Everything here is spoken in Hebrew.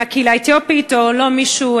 מהקהילה האתיופית או מישהו,